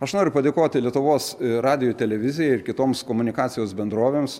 aš noriu padėkoti lietuvos radijui ir televizijai ir kitoms komunikacijos bendrovėms